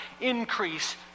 increase